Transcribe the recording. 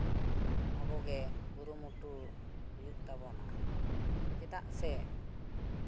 ᱟᱵᱚᱜᱮ ᱠᱩᱨᱩᱢᱩᱴᱩ ᱦᱩᱭᱩᱜ ᱛᱟᱵᱚᱱᱟ ᱪᱮᱫᱟᱜ ᱥᱮ